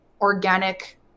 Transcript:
organic